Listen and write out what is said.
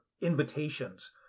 invitations